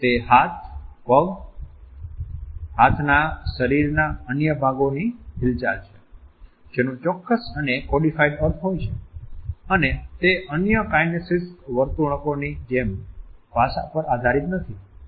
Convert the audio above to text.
તે હાથ પગ હાથના શરીરના અન્ય ભાગોની હિલચાલ છે જેનો ચોક્કસ અને કોડિફાઇડ અર્થ હોય છે અને તે અન્ય કાઈનેસીક્સ વર્તણૂકોની જેમ ભાષા પર આધારિત નથી